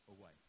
away